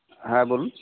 ᱦᱮᱸ ᱵᱚᱞᱩᱱ